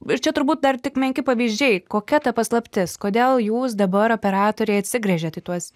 ir čia turbūt dar tik menki pavyzdžiai kokia ta paslaptis kodėl jūs dabar operatoriai atsigręžėt į tuos